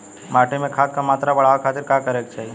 माटी में खाद क मात्रा बढ़ावे खातिर का करे के चाहीं?